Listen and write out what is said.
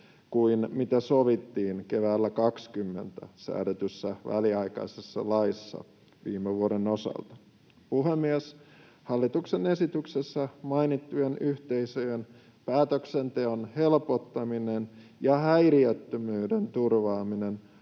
kuin mistä sovittiin keväällä 20 säädetyssä väliaikaisessa laissa viime vuoden osalta. Puhemies! Hallituksen esityksessä mainittujen yhteisöjen päätöksenteon helpottaminen ja häiriöttömyyden turvaaminen